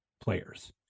players